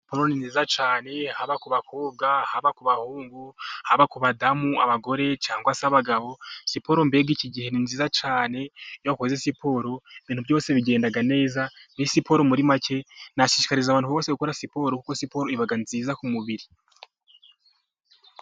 Siporo ni nziza cyane, haba ku bakobwa, haba ku bahungu, haba ku badamu, abagore cyangwa se abagabo. Siporo mbega iki gihe ni nziza cyane iyo wakoze siporo ibintu byose bigenda neza, siporo muri make nashishikariza abantu bose gukora siporo kuko siporo iba nziza ku mubiri.